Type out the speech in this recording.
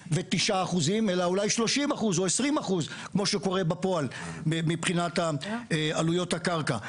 אלא אולי 30% או 20% כמו שקורה בפועל מבחינת עלויות הקרקע.